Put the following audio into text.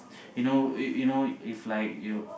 you know you know if like you